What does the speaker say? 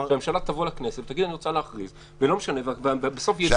שהממשלה תבוא לכנסת ותגיד שהיא רוצה להכריז ובסוף --- יש